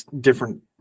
different